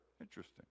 Interesting